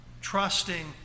trusting